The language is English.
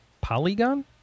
Polygon